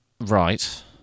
Right